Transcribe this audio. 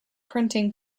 printing